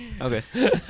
Okay